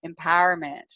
empowerment